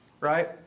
right